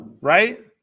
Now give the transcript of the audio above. right